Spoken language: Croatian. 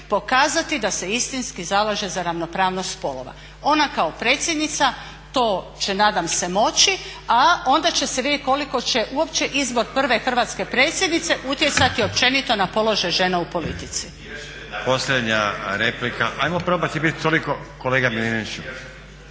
pokazati da se istinski zalaže za ravnopravnost spolova. Ona kao predsjednica to će nadam se moći, a onda će se vidjeti koliko će uopće izbor prve hrvatske predsjednice utjecati općenito na položaj žena u politici. …/Upadica se ne razumije./… **Stazić,